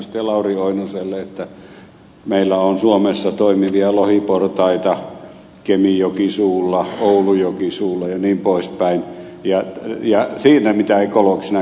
lauri oinoselle että meillä on suomessa toimivia lohiportaita kemijoki suulla oulujoki suulla jnp ja siinä mitä ekologisena käytävänä tässä ed